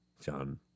John